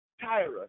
Tyrus